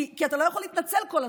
כי אתה לא יכול להתנצל כל הזמן,